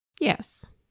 Yes